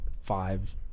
five